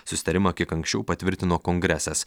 susitarimą kiek anksčiau patvirtino kongresas